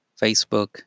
Facebook